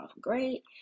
great